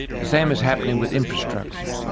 the same is happening with infrastructure.